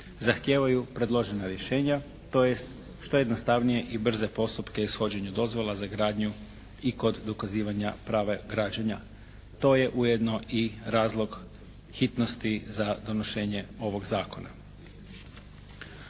zahtijevaju predložena rješenja, tj. što jednostavnije i brže postupke ishođenja dozvola za gradnju i kod dokazivanja prava građenja. To je ujedno i razlog hitnosti za donošenje ovog zakona.